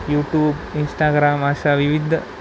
YouTube Instagram अशा विविध